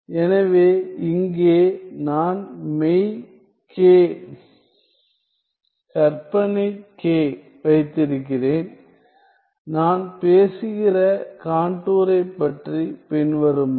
எனவே இங்கே நான் மெய் k கற்பனை k வைத்திருக்கிறேன் நான் பேசுகிற கான்டூரைப் பற்றி பின்வருமாறு